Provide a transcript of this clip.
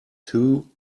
two